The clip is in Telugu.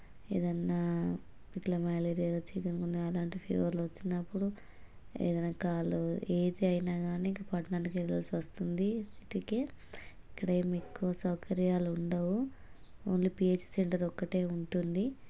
ఏదన్నా ఇట్ల మలేరియా వచ్చింది అనుకున్నా అలాంటి ఫీవర్లు వచ్చినప్పుడు ఏదన్నా కాలో ఏది అయినా కానీ ఇంక పట్టణానికి వెళ్ళాల్సి వస్తుంది సిటీకే ఇక్కడేమి ఎక్కువ సౌకర్యాలు ఉండవు ఓన్లీ పిహెచ్ సెంటర్ ఒక్కటే ఉంటుంది